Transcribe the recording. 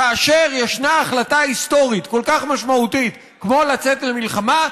כאשר ישנה החלטה היסטורית כל כך משמעותית כמו לצאת מלחמה,